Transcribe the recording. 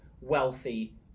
wealthy